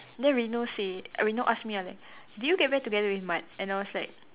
then Reno say Reno asked me ah did you get back together with Mad and I was like